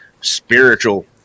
spiritual